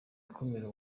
ikumira